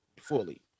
fully